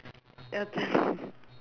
your turn